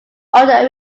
odo